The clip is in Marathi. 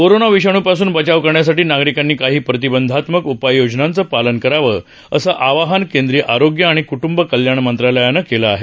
कोरोना विषाणूपासून बचाव करण्यासाठी नागरिकांनी काही प्रतिबंधात्मक उपाययोजनांचं पालन करावं असं आवाहन केंद्रीय आरोग्य आणि कृटूंब कल्याण मंत्रालयानं केलं आहे